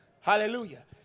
Hallelujah